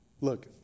Look